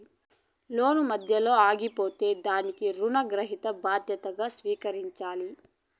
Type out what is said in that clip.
లోను మధ్యలో ఆగిపోతే దానికి రుణగ్రహీత బాధ్యతగా స్వీకరించాలి